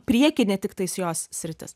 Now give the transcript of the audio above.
priekinė tiktais jos sritis